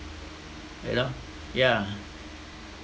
you know yeah